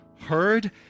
heard